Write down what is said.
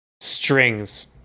strings